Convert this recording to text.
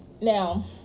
now